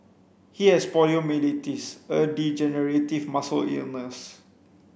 he has poliomyelitis a degenerative muscle illness